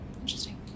Interesting